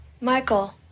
Michael